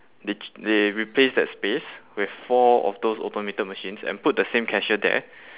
they k~ they replace that space with four of those automated machines and put the same cashier there